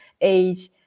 age